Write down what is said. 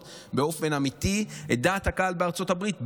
באופן אמיתי את דעת הקהל בארצות-הברית,